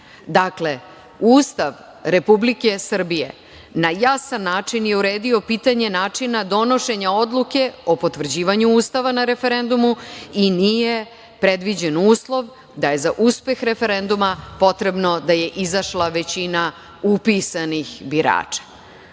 Dakle, Ustav Republike Srbije na jasan način je uredio pitanje načina donošenja odluke o potvrđivanju Ustava na referendumu i nije predviđen uslov da je za uspeh referenduma potrebno da je izašla većina upisanih birača.U